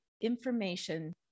information